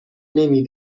نمی